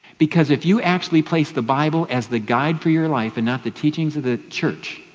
because if you actually place the bible as the guide for your life and not the teachings of the church,